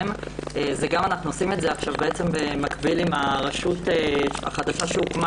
אנחנו עושים את זה במקביל עם הרשות החדשה שהוקמה